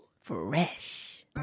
fresh